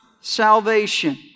salvation